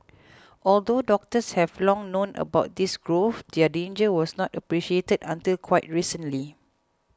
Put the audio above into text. although doctors have long known about these growths their danger was not appreciated until quite recently